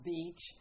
Beach